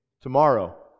tomorrow